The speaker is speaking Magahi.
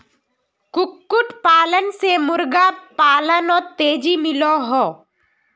कुक्कुट पालन से मुर्गा पालानोत तेज़ी मिलोहो